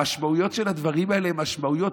המשמעויות של הדברים האלה הן משמעותיות,